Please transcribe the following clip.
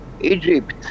Egypt